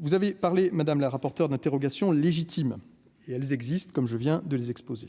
Vous avez parlé Madame la rapporteure d'interrogations légitimes et elles existent, comme je viens de les exposer,